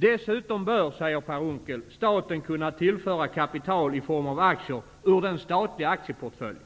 Dessutom bör, säger Per Unckel, staten kunna tillföra kapital i form av aktier ur den statliga aktieportföljen